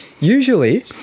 Usually